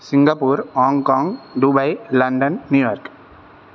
Singapore Hong Kong Dubai London New York